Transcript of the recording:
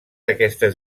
aquestes